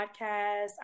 podcast